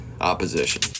opposition